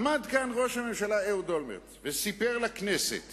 עמד כאן ראש הממשלה אהוד אולמרט וסיפר לכנסת